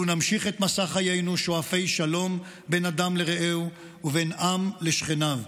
לו נמשיך את מסע חיינו שואפי שלום בין אדם לרעהו ובין עם לשכניו.